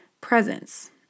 presence